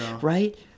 right